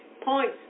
points